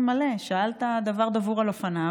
כואב כל מה ששמענו.